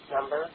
number